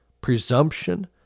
presumption